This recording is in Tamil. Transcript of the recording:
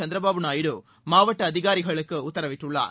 சந்திரபாபு நாயுடு மாவட்ட அதிகாரிகளுக்கு உத்தரவிட்டுள்ளார்